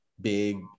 big